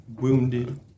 Wounded